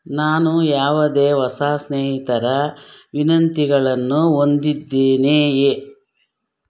ನಾನು ಯಾವುದೇ ಹೊಸ ಸ್ನೇಹಿತರ ವಿನಂತಿಗಳನ್ನು ಹೊಂದಿದ್ದೇನೆಯೇ